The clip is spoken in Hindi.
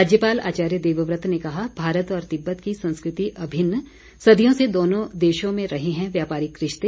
राज्यपाल आचार्य देवव्रत ने कहा मारत और तिब्बत की संस्कृति अभिन्न सदियों से दोनों देशों में रहे हैं व्यापारिक रिश्ते